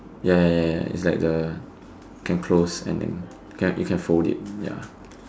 ya ya ya ya it's like the can close and then you you can fold it ya